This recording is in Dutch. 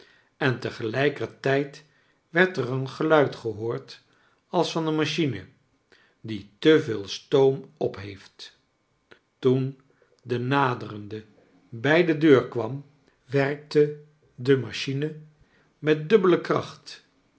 en tegelijkertijd werd er een geluid gehoord als van een machine die te veel stoom op heeft toen de naderende bij de deur kwam werkte de machine met dubbele kracht